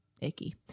icky